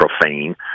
profane